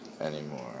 anymore